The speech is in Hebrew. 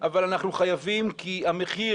אבל אנחנו חייבים כי המחיר